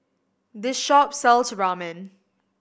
this shop sells Ramen